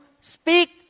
speak